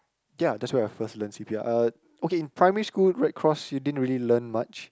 ya that's where I first learn c_p_r uh okay in primary school red cross you didn't really learn much